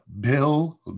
Bill